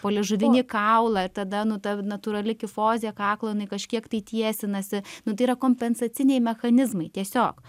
poliežuvinį kaulą tada nu ta natūrali kifozė kaklo jinai kažkiek tai tiesinasi nu tai yra kompensaciniai mechanizmai tiesiog